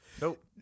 Nope